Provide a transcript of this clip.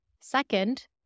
Second